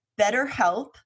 BetterHelp